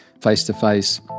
face-to-face